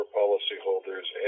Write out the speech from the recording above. policyholders